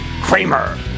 Kramer